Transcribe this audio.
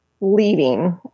leaving